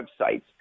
websites